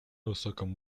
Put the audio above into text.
высоком